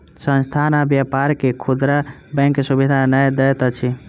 संस्थान आ व्यापार के खुदरा बैंक सुविधा नै दैत अछि